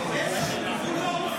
גבולות,